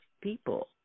people